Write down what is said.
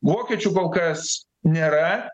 vokiečių kol kas nėra